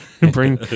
Bring